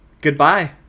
Goodbye